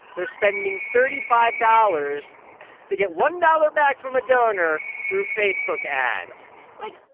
they're spending thirty five dollars to get one dollars back from a donor through facebook ads like,